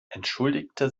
entschuldigte